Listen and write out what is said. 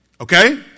Okay